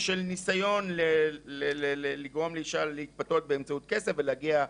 של ניסיון לגרום לאישה להתפתות באמצעות כסף ולהגיע,